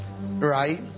right